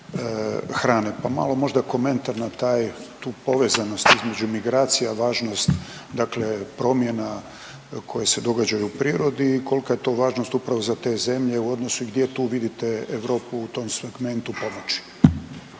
hrane. Pa malo možda komentar na taj, tu povezanost između migracija, važnost dakle promjena koje se događaju u prirodi i kolika je to važnost upravo za te zemlje u odnosu i gdje tu vidite Europu u tom segmentu pomoći.